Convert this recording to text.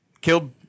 killed